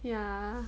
ya